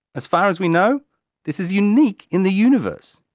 as far as we know this is unique in the universe.